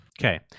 Okay